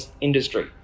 industry